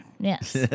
yes